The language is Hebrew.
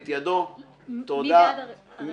מי נגד הרביזיה?